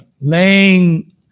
laying